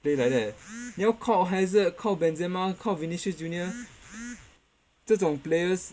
play like that 你要靠 hazard 靠 benzema 靠 vinicius junior 这种 players